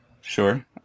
Sure